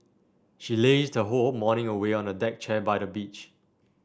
she lazed her whole morning away on a deck chair by the beach